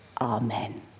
Amen